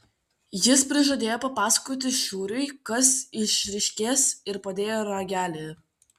jis prižadėjo papasakoti šiuriui kas išryškės ir padėjo ragelį